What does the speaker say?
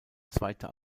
zweite